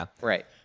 right